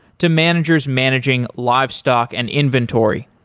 to managers managing livestock and inventory.